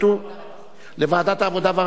לדיון מוקדם בוועדת העבודה,